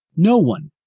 no one,